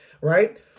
right